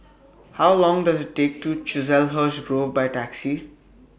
How Long Does IT Take to Chiselhurst Grove By Taxi